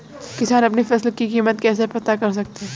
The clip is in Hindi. किसान अपनी फसल की कीमत कैसे पता कर सकते हैं?